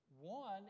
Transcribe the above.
One